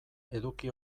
eduki